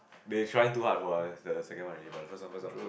they trying too hard for the second one already but the first one first one was good